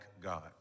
God